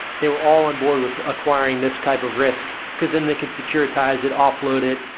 they were all onboard with acquiring this type of risk, because then they could securitize it, offload it,